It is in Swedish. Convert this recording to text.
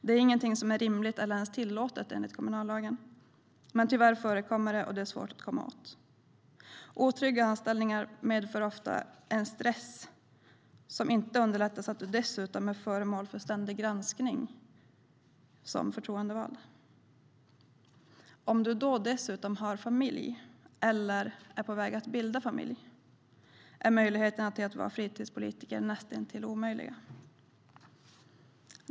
Det är ingenting som är rimligt eller ens tillåtet enligt kommunallagen, men tyvärr förekommer det och det är svårt att komma åt. Otrygga anställningar medför ofta en stress som inte underlättas av att du som förtroendevald dessutom är föremål för ständig granskning. Har du dessutom familj, eller är på väg att bilda familj, är möjligheterna till att vara fritidspolitiker näst intill obefintliga.